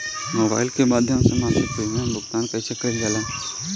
Mobile के माध्यम से मासिक प्रीमियम के भुगतान कैसे कइल जाला?